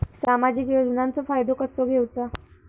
सामाजिक योजनांचो फायदो कसो घेवचो?